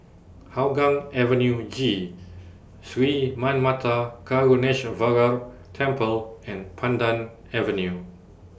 Hougang Avenue G Sri Manmatha Karuneshvarar Temple and Pandan Avenue